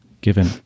given